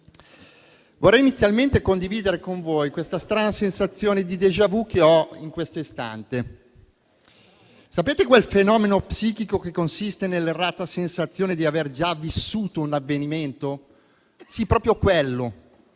Vorrei inizialmente condividere con voi questa strana sensazione di *déjà vu* che ho in questo istante. Sapete quel fenomeno psichico che consiste nell'errata sensazione di aver già vissuto un avvenimento. Sì, proprio quello,